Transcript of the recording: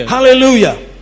Hallelujah